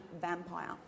vampire